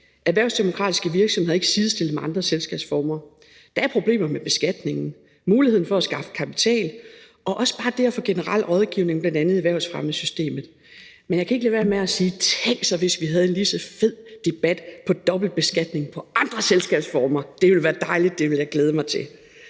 Erhvervsdemokratiske virksomheder er ikke sidestillet med andre selskabsformer. Der er problemer med beskatningen, muligheden for at skaffe kapital og også bare det at få generel rådgivning bl.a. i erhvervsfremmesystemet. Men jeg kan ikke lade være med at sige: Tænk sig, hvis vi havde en lige så fed debat om dobbeltbeskatning i forbindelse med andre selskabsformer. Det ville være dejligt, og det vil jeg glæde mig til.